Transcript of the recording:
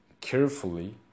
carefully